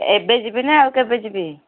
ଏବେ ଯିବି ନା ଆଉ କେବେ ଯିବି